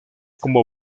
como